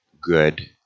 good